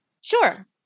Sure